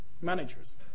managers